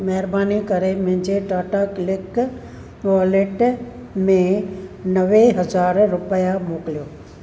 महिरबानी करे मुंहिंजे टाटा क्लिक वॉलेट में नवे हज़ार रुपिया मोकिलियो